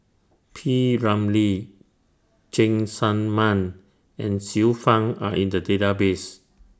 P Ramlee Cheng Tsang Man and Xiu Fang Are in The Database